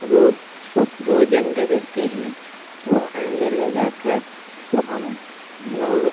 रोज़ रोज़ अंडे देती हैं वह अंडे ले जाकर हम लोग